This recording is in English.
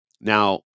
Now